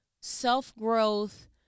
self-growth